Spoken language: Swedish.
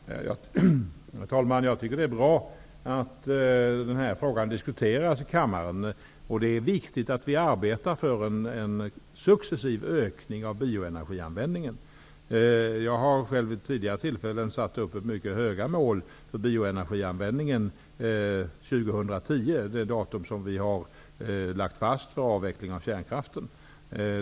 Herr talman! Jag tycker att det är bra att den här frågan diskuteras i kammaren. Det är viktigt att vi arbetar för en succesiv ökning av bioenergianvändningen. Jag har själv vid tidigare tillfällen satt upp mycket höga mål för bioenergianvändningen år 2010, det datum som vi har lagt fast för avveckling av kärnkraften.